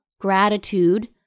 gratitude